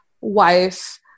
wife